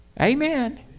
amen